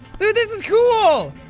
dude this is cool!